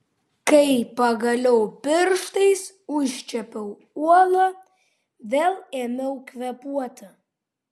kai pagaliau pirštais užčiuopiau uolą vėl ėmiau kvėpuoti